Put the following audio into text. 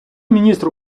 міністр